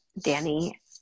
Danny